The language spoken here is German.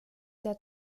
der